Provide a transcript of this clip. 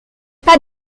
pas